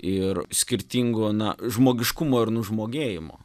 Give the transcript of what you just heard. ir skirtingo na žmogiškumo ir nužmogėjimo